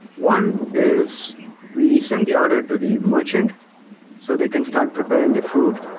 one is we send the order to the merchant so they can start preparing the food.